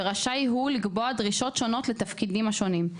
ורשאי הוא לקבוע דרישות שונות לתפקידים השונים.